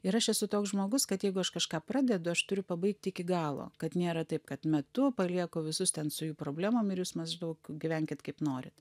ir aš esu toks žmogus kad jeigu aš kažką pradedu aš turiu pabaigti iki galo kad nėra taip kad metu palieku visus ten su jų problemom ir jūs maždaug gyvenkit kaip norit